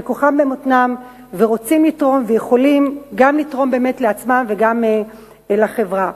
שכוחם במותניהם ורוצים לתרום ויכולים לתרום לעצמם וגם לחברה.